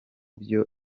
byo